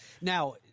Now